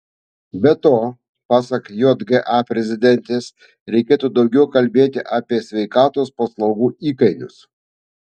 be to pasak jga prezidentės reikėtų daugiau kalbėti apie sveikatos paslaugų įkainius